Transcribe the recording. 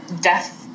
death